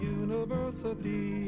university